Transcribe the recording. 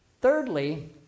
Thirdly